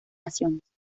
naciones